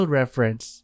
reference